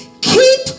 keep